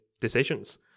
decisions